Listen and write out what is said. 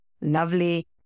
lovely